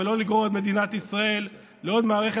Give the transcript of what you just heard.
ולא לגרור את מדינת ישראל לעוד מערכת